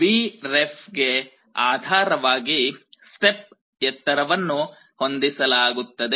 Vref ಗೆ ಆಧಾರವಾಗಿ step ಎತ್ತರವನ್ನು ಹೊಂದಿಸಲಾಗುತ್ತದೆ